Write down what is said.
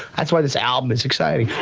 that's why this album is exciting.